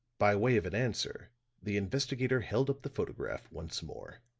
by way of an answer the investigator held up the photograph once more.